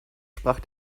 sprach